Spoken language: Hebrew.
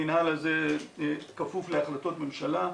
המינהל הזה כפוף להחלטות ממשלה.